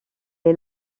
est